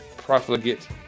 profligate